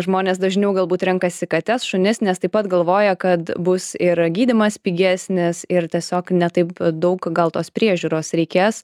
žmonės dažniau galbūt renkasi kates šunis nes taip pat galvoja kad bus ir gydymas pigesnis ir tiesiog ne taip daug gal tos priežiūros reikės